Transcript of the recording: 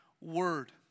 Word